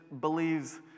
believes